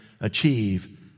achieve